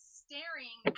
staring